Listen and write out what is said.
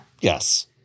Yes